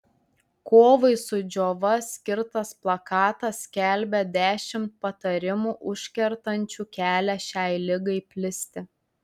kovai su džiova skirtas plakatas skelbia dešimt patarimų užkertančių kelią šiai ligai plisti